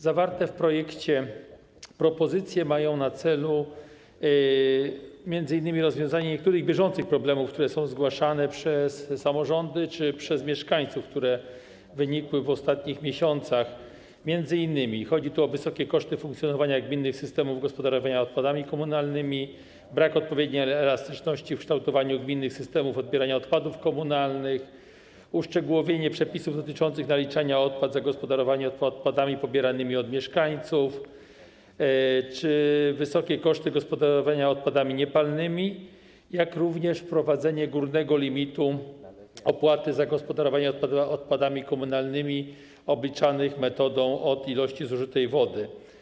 Zawarte w projekcie propozycje mają na celu m.in. rozwiązanie niektórych bieżących problemów, które są zgłaszane przez samorządy czy przez mieszkańców, które wynikły w ostatnich miesiącach, m.in. chodzi tu o wysokie koszty funkcjonowania gminnych systemów gospodarowania odpadami komunalnymi, brak odpowiedniej elastyczności w kształtowaniu gminnych systemów odbierania odpadów komunalnych, uszczegółowienie przepisów dotyczących naliczania opłat za gospodarowanie odpadami pobieranymi od mieszkańców czy wysokie koszty gospodarowania odpadami niepalnymi, jak również wprowadzenie górnego limitu opłaty za gospodarowanie odpadami komunalnymi obliczanej metodą od ilości zużytej wody.